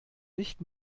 nicht